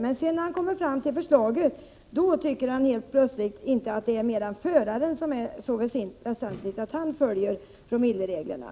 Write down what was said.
Men när han kommer fram till själva förslaget, tycker han helt plötsligt att det väsentliga är att föraren följer promillereglerna.